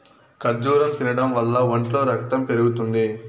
ఖర్జూరం తినడం వల్ల ఒంట్లో రకతం పెరుగుతుంది